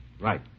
Right